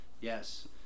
Yes